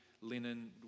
linen